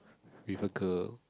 with a girl